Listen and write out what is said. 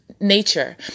nature